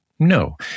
No